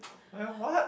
oh yeah what